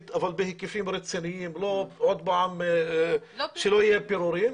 אבל בהיקפים רציניים ולא שייתנו פירורים.